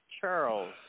Charles